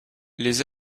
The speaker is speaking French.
les